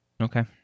Okay